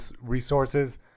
resources